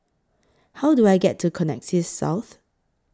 How Do I get to Connexis South